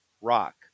rock